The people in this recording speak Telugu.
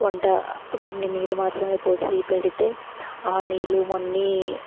వంట కొన్ని నీళ్ళు మాత్రమే పోసి పెడితే ఆ నీళ్ళు మొన్నీ